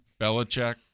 Belichick